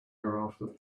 hereafter